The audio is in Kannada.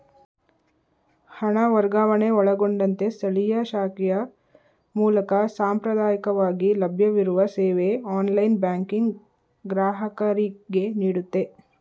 ಹಣ ವರ್ಗಾವಣೆ ಒಳಗೊಂಡಂತೆ ಸ್ಥಳೀಯ ಶಾಖೆಯ ಮೂಲಕ ಸಾಂಪ್ರದಾಯಕವಾಗಿ ಲಭ್ಯವಿರುವ ಸೇವೆ ಆನ್ಲೈನ್ ಬ್ಯಾಂಕಿಂಗ್ ಗ್ರಾಹಕರಿಗೆನೀಡುತ್ತೆ